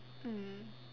mm